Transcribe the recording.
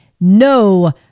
no